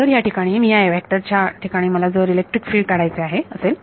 जर या ठिकाणी ह्या व्हेक्टरच्या ठिकाणी मला जर इलेक्ट्रिक फील्ड काढायचे असेल